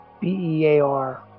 B-E-A-R